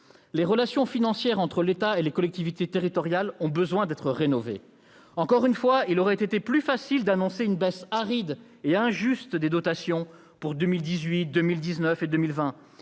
Les relations financières entre l'État et les collectivités territoriales ont besoin d'être rénovées. Encore une fois, il aurait été plus facile d'annoncer une baisse aride et injuste des dotations pour 2018, 2019 et 2020.